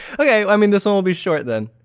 okay. i mean, this one will be short then.